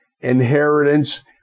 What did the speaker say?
inheritance